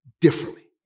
differently